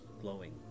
glowing